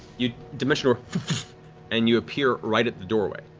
you dimension door and you appear right at the doorway.